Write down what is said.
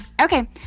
Okay